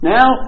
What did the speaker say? Now